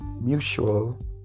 mutual